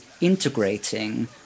integrating